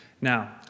Now